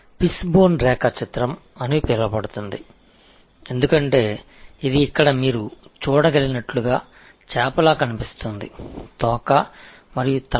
fish bone வரைபடம் என்று அழைக்கப்படுகிறது ஏனெனில் இது இங்கே பார்க்கக்கூடிய ஃபிஷ் போல தோற்றமளிக்கிறது வால் மற்றும் இது போன்ற தலை